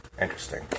Interesting